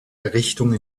errichtung